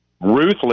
ruthless